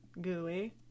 gooey